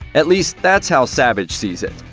at least, that's how savage sees it.